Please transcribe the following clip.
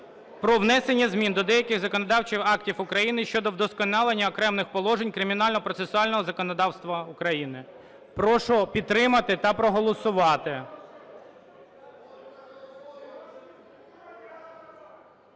про внесення змін до деяких законодавчих актів України щодо вдосконалення окремих положень кримінального процесуального законодавства. Прошу підтримати та проголосувати.